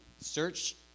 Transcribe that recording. search